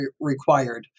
required